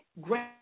great